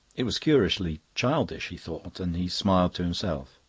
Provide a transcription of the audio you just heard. it was curiously childish, he thought and he smiled to himself.